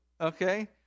Okay